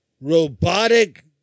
Robotic